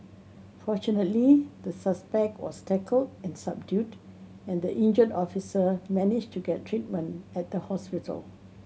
fortunately the suspect was tackled and subdued and the injured officer managed to get treatment at the hospital